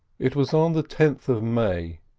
it was on the tenth of may,